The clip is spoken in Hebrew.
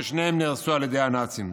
ששניהם נהרסו על ידי הנאצים.